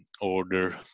order